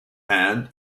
and